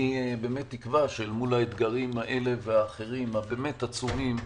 אני מקווה שמול האתגרים האלה ואחרים שהם באמת עצומים,